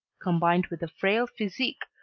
combined with a frail physique,